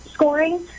scoring